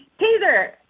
taser